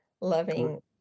loving